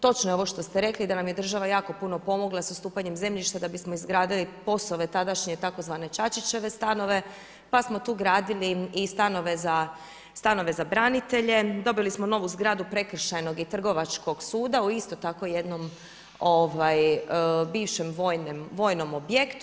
Točno je ovo što ste rekli da nam je država jako puno pomogla sa ustupanjem zemljišta da bi smo izgradili POS-ove tadašnje tzv. Čačićeve stanove, pa smo tu gradili i stanove za branitelje, dobili smo novu zgradu Prekršajnog i Trgovačkog suda u isto tako jednom bivšem vojnom objektu.